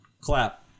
clap